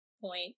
point